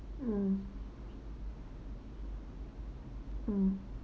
mm mm